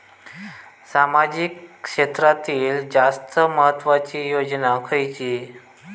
सामाजिक क्षेत्रांतील जास्त महत्त्वाची योजना खयची?